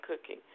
cooking